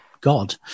God